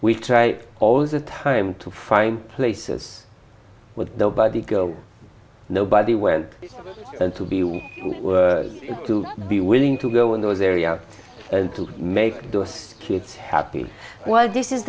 we try all the time to find places with nobody go nobody went and to be willing to be willing to go in those areas and to make those kids happy while this is